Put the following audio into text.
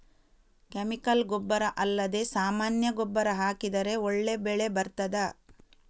Chemical ಗೊಬ್ಬರ ಅಲ್ಲದೆ ಸಾಮಾನ್ಯ ಗೊಬ್ಬರ ಹಾಕಿದರೆ ಒಳ್ಳೆ ಬೆಳೆ ಬರ್ತದಾ?